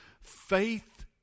faith